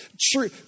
True